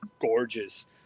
gorgeous